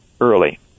early